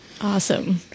Awesome